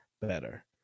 better